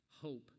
hope